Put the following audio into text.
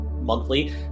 monthly